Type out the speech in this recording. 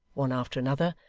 one after another,